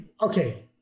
Okay